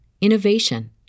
innovation